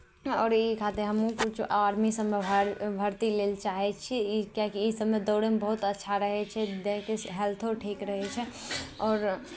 आओर ई खातिर हमहूँ किछु आर्मी सभमे भाग भरती लै लए चाहै छी ई किएकि इसभमे दौड़यमे बहुत अच्छा रहै छै देहके से हेल्थो ठीक रहै छै आओर